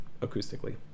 acoustically